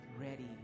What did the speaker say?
ready